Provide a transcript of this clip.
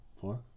four